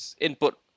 input